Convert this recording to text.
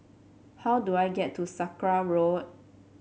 how do I get to Sakra Road